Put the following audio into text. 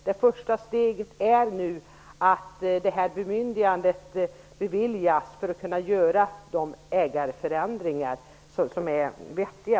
Det första steget är att bemyndigandet beviljas. Då kan man göra de ägarförändringar som är vettiga.